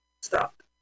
Stop